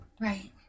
Right